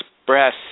express